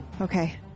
Okay